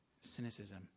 cynicism